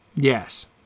Yes